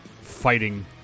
fighting